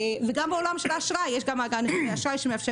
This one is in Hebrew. גם בעולם האשראי יש מאגר נתוני אשראי שמאפשר